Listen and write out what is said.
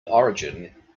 origin